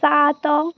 ସାତ